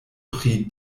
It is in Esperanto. pri